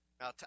Now